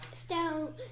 stone